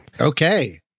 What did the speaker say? okay